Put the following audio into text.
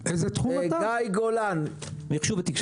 גיא גולן, בבקשה.